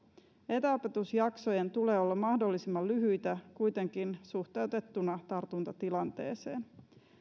etäopetusjaksojen tulee olla mahdollisimman lyhyitä kuitenkin suhteutettuna tartuntatilanteeseen